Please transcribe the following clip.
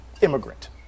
immigrant